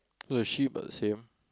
a sheep but same